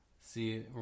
see